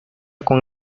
con